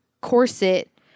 corset